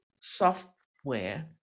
software